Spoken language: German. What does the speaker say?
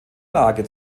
lage